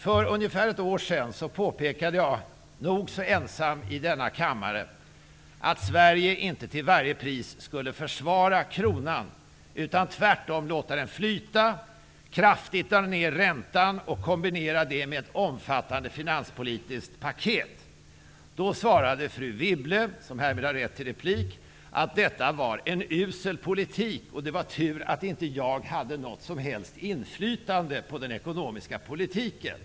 För ungefär ett år sedan påpekade jag -- nog så ensam i denna kammare -- att Sverige inte till varje pris skulle försvara kronan utan tvärtom låta den flyta, att vi skulle kraftigt dra ned räntan och kombinera det med ett omfattande finanspolitiskt paket. Då svarade fru Wibble -- som härmed har rätt till replik -- att detta var en usel politik och att det var tur att jag inte hade något som helst inflytande på den ekonomiska politiken.